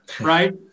Right